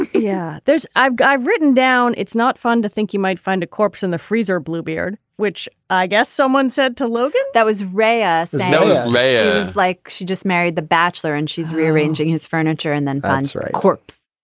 yeah there's i've i've written down it's not fun to think you might find a corpse in the freezer bluebeard which i guess someone said to logan that was ray us. no ray is like she just married the bachelor and she's rearranging his furniture and then finds a corpse.